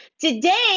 Today